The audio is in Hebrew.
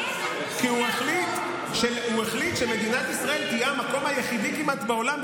כי הוא החליט שמדינת ישראל תהיה המקום היחידי כמעט בעולם,